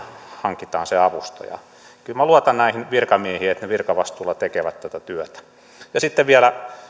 hankitaan se avustaja kyllä minä luotan näihin virkamiehiin että he virkavastuulla tekevät tätä työtä ja sitten vielä